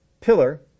pillar